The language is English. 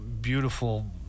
beautiful